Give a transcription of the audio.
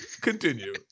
Continue